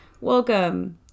welcome